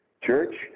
church